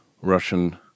Russian